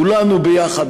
כולנו ביחד,